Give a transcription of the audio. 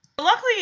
Luckily